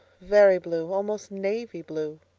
very blue. almost navy blue.